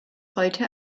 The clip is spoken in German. heute